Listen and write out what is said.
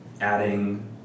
adding